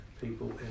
people